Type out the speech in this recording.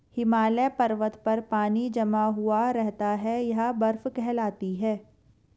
हिमालय पर्वत पर पानी जमा हुआ रहता है यह बर्फ कहलाती है